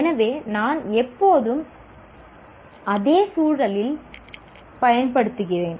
எனவே நான் எப்போதும் அதே சூழலில் பயன்படுத்துகிறேன்